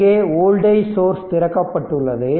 இங்கே voltage source திறக்கப்பட்டுள்ளது